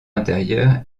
intérieure